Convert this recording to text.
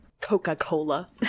Coca-Cola